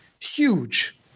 huge